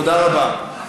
תודה רבה.